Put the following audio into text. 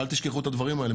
אל תשכחו את הדברים האלה.